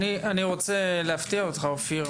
18. אני רוצה להפתיע אותך אופיר,